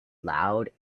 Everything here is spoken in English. loud